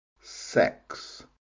sex